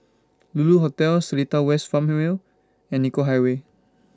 Lulu Hotel Seletar West Farmway and Nicoll Highway